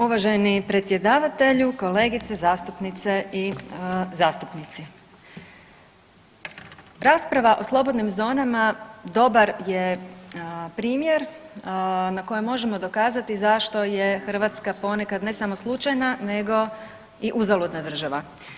Uvaženi predsjedavatelju, kolegice zastupnice i zastupnici, rasprava o slobodnim zonama dobar je primjer na kojem možemo dokazati zašto je Hrvatska ponekad ne samo slučajna nego i uzaludna država.